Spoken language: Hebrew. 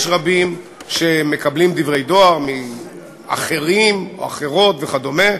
יש רבים שמקבלים דברי דואר מאחרים או אחרות וכדומה,